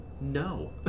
no